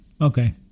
Okay